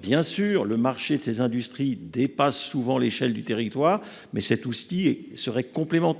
Bien sûr, le marché de ces industries dépasse souvent l'échelle du territoire, mais cet outil serait complémentaire